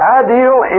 ideal